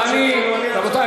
רבותי,